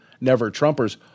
never-Trumpers